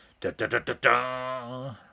Da-da-da-da-da